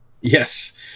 Yes